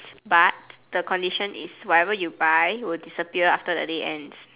but the condition is whatever you buy will disappear after the day ends